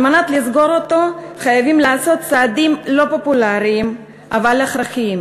כדי לסגור אותו חייבים לעשות צעדים לא פופולריים אבל הכרחיים,